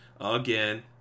again